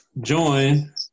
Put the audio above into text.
join